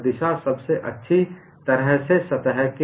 तो अन्य सभी संभावित समतलों में आपके पास स्ट्रेस वेक्टर की एक दिशा होगी